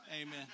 Amen